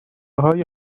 های